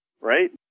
right